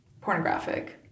pornographic